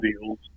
deals